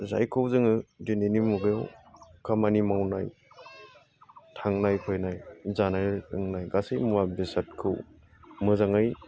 जायखौ जोङो दिनैनि मुगायाव खामानि मावनाय थांनाय फैनाय जानाय लोंनाय गासै मुवा बेसादखौ मोजाङै